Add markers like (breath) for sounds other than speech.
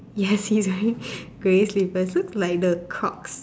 yes (breath) he's wearing (breath) grey slippers looks like the Crocs